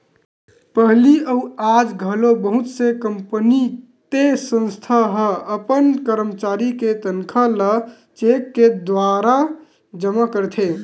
पहिली अउ आज घलो बहुत से कंपनी ते संस्था ह अपन करमचारी के तनखा ल चेक के दुवारा जमा करथे